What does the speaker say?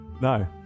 no